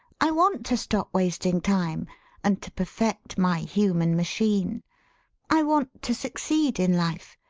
i want to stop wasting time and to perfect my human ma chine i want to succeed in life.